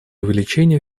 увеличение